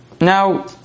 now